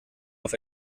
auf